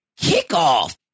kickoff